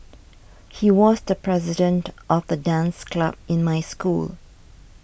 he was the president of the dance club in my school